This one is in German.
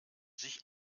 sich